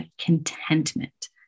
contentment